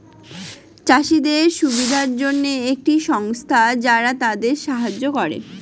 চাষীদের সুবিধার জন্যে একটি সংস্থা যারা তাদের সাহায্য করে